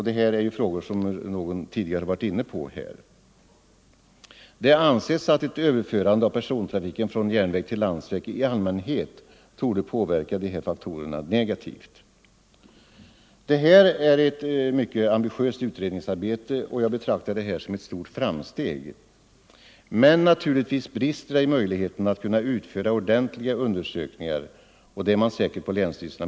Det anses att ett överförande av persontrafiken från järnväg till landsväg i allmänhet torde påverka dessa faktorer negativt. Det här är ett mycket ambitiöst utredningsarbete, och jag betraktar det som ett stort framsteg. Men naturligtvis brister det i möjligheterna att kunna utföra ordentliga undersökningar, och det är man säkert medveten om på länsstyrelserna.